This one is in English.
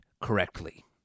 correctly